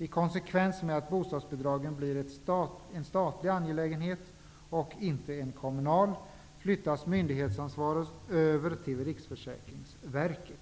I konsekvens med att bostadsbidragen blir en statlig angelägenhet och inte en kommunal, flyttas myndighetsansvaret över till Riksförsäkringsverket.